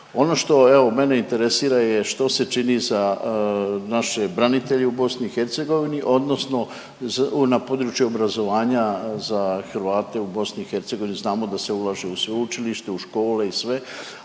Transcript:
Ono što evo mene interesira je što se čini za naše branitelje u BiH odnosno na području obrazovanja za Hrvate u BiH? Znamo da se ulaže u sveučilište, u škole i sve,